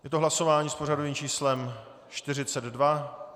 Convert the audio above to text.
Je to hlasování s pořadovým číslem 42.